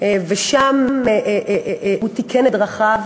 ושם הוא תיקן את דרכיו